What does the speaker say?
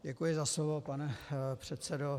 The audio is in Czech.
Děkuji za slovo, pane předsedo.